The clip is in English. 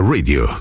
Radio